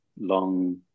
long